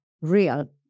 real